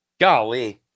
golly